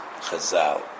Chazal